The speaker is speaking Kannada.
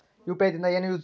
ಯು.ಪಿ.ಐ ದಿಂದ ಏನು ಯೂಸ್?